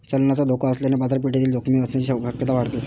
चलनाचा धोका असल्याने बाजारपेठेतील जोखीम असण्याची शक्यता वाढते